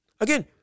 Again